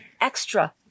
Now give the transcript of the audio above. extra